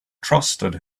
trusted